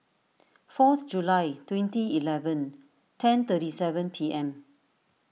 fourth July twenty eleven ten thirty seven P M